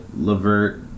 Levert